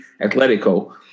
Atletico